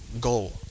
goal